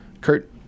Kurt